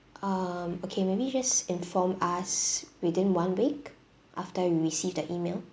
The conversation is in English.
um okay maybe just inform us within one week after you receive the email